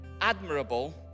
admirable